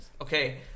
Okay